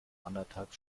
anderthalb